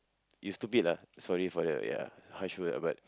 you stupid ah sorry for that ya harsh word ah but